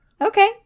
Okay